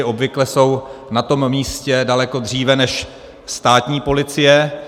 Obvykle jsou na místě daleko dříve než státní policie.